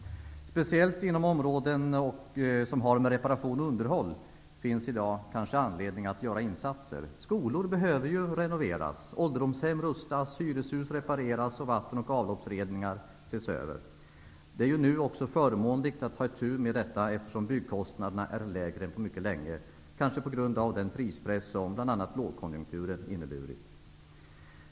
Speciellt inom området reparation och underhåll finns det i dag kanske anledning att göra insatser. Skolor behöver renoveras, ålderdomshem upprustas, hyreshus repareras och vatten och avloppsledningar ses över. Det är nu också förmånligt att ta itu med detta, eftersom byggkostnaderna är lägre än på mycket länge, kanske på grund av den prispress som bl.a. lågkonjunkturen har inneburit.